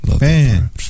Man